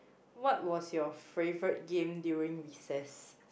what was your favourite game during recess